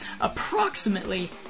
Approximately